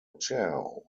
cao